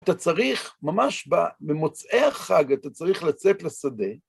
אתה צריך ממש במוצאי החג, אתה צריך לצאת לשדה.